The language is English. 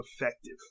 effective